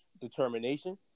determination